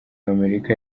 w’amerika